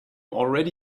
already